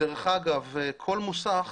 דרך אגב, כל מוסך